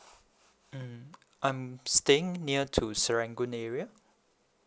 mm I'm staying near to serangoon area